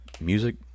music